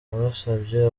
yabasabye